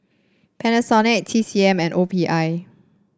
Panasonic T C M and O P I